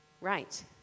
Right